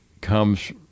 comes